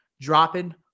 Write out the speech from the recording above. dropping